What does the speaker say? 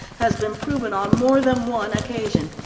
has been proven on more than one occasion.